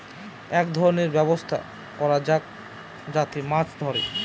এক ধরনের ব্যবস্থা করা যাক যাতে মাছ ধরে